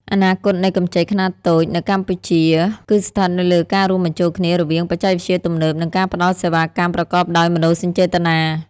អនាគតនៃកម្ចីខ្នាតតូចនៅកម្ពុជា គឺស្ថិតនៅលើការរួមបញ្ចូលគ្នារវាងបច្ចេកវិទ្យាទំនើប និងការផ្ដល់សេវាកម្មប្រកបដោយមនោសញ្ចេតនា។